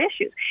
issues